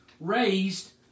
raised